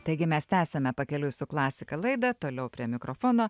taigi mes tęsiame pakeliui su klasika laidą toliau prie mikrofono